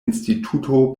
instituto